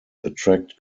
attract